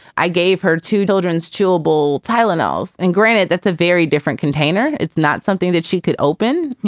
i gave her two children's chewable tylenols. and granted, that's a very different container. it's not something that she could open.